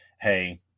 Hey